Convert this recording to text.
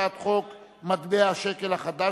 הרווחה והבריאות והפנסיה להכנתה לקריאה ראשונה.